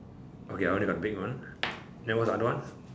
okay I only got big one then what's the other one